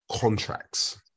contracts